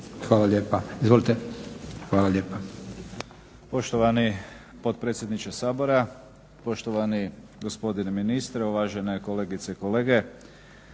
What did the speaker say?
Hvala lijepa./ … Hvala lijepa.